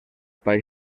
país